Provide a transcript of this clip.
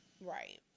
Right